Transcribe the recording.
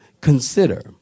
Consider